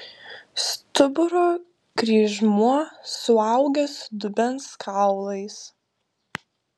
stuburo kryžmuo suaugęs su dubens kaulais